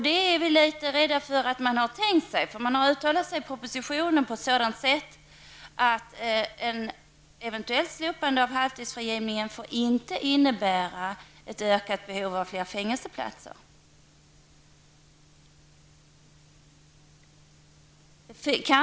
Vi är litet rädda för att man har tänkt sig det -- man har i propositioner uttalat sig på det sättet att ett eventuellt slopande av halvtidsfrigivningen inte får innebära ett ökat behov av fängelseplatser.